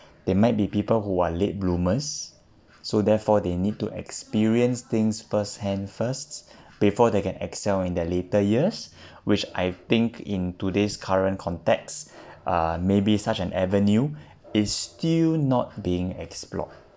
they might be people who are late bloomers so therefore they need to experience things first hand first before they can excel in their later years which I think in today's current context uh maybe such an avenue is still not being explored